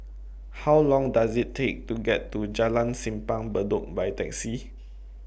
How Long Does IT Take to get to Jalan Simpang Bedok By Taxi